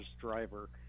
driver